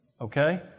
Okay